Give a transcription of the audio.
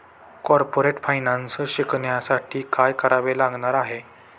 Corporate finance शिकण्यासाठी काय करावे लागणार आहे?